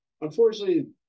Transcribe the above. Unfortunately